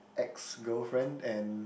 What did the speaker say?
ex girlfriend and